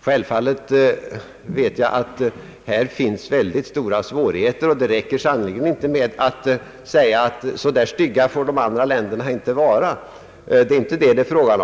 Självfallet vet jag att detta är ett mycket svårt spörsmål och att det san nerligen inte räcker med att uttala, att andra länder inte får uppföra sig så illa. Det är dock inte detta det gäller.